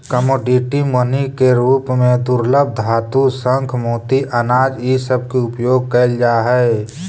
commodity money के रूप में दुर्लभ धातु शंख मोती अनाज इ सब के उपयोग कईल जा हई